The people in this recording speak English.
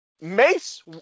Mace